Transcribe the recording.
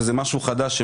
שזה משהו חדש,